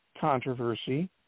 controversy